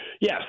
Yes